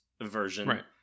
version